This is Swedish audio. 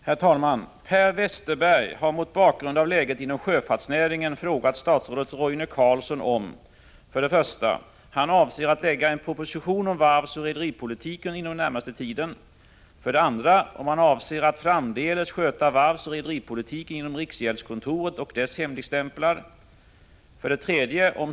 Herr talman! Per Westerberg har mot bakgrund av läget inom sjöfartsnäringen frågat statsrådet Roine Carlsson om 1. han avser att lägga fram en proposition om varvsoch rederipolitiken inom den närmaste tiden, 2. han avser att framdeles sköta varvsoch rederipolitiken genom riksgäldskontoret och dess hemligstämplar, 3.